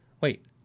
Wait